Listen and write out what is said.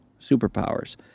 superpowers